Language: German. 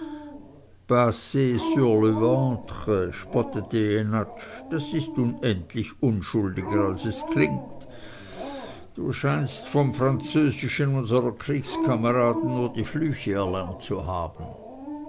das ist unendlich unschuldiger als es klingt du scheinst vom französischen unsrer kriegskameraden nur die flüche erlernt zu haben